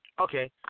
Okay